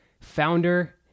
founder